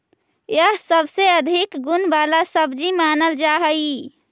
यह सबसे अधिक गुण वाला सब्जी मानल जा हई